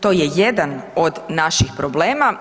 To je jedan od naših problema.